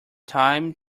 time